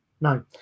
No